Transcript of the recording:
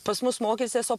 pas mus mokysies o